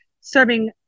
serving